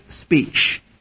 speech